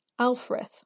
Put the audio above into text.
Alfrith